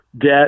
debt